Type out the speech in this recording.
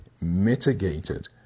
mitigated